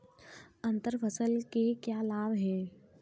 अंतर फसल के क्या लाभ हैं?